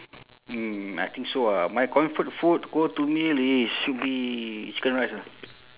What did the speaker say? mm I think so ah my comfort food go to meal is should be chicken rice ah